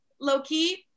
low-key